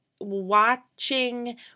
watching